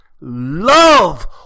love